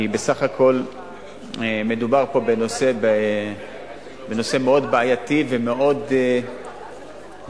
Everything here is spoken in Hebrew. כי בסך הכול מדובר פה בנושא מאוד בעייתי ומאוד מורכב.